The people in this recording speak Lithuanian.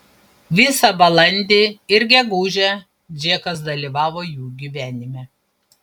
visą balandį ir gegužę džekas dalyvavo jų gyvenime